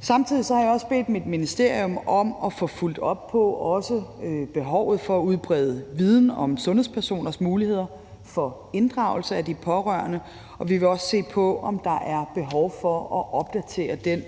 Samtidig har jeg også bedt mit ministerium om at få fulgt op på behovet for at udbrede viden om sundhedspersoners muligheder for inddragelse af de pårørende, og vi vil også se på, om der er behov for at opdatere den